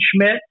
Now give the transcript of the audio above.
Schmidt